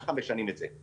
ככה משנים את זה.